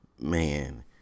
man